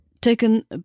taken